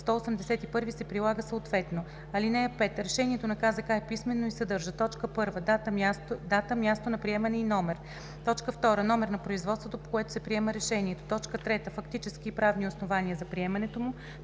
181 се прилага съответно. (5) Решението на КЗК е писмено и съдържа: 1. дата, място на приемане и номер; 2. номер на производството, по което се приема решението; 3. фактически и правни основания за приемането му;